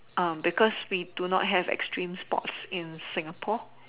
uh because we do not have extreme sports in Singapore